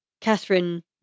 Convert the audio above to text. Catherine